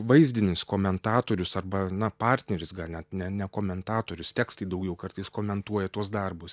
vaizdinis komentatorius arba na partneris gal net ne ne komentatorius tekstai daugiau kartais komentuoja tuos darbus